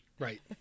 Right